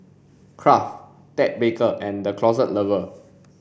Kraft Ted Baker and The Closet Lover